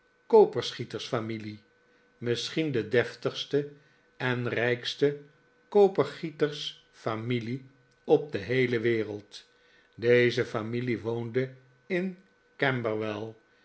deftige kopergietersfamilie misschien de deftigste en rijkste kopergietersfamilie op de heele wereld deze familie woonde in camberwell